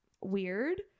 weird